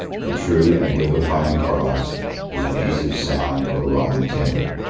the true and vivifying cross was a piece of sound or rotten timber,